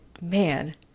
Man